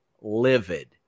livid